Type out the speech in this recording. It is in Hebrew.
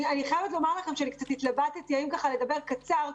אני חייבת לומר לכם שאני התלבטתי אם לדבר קצר,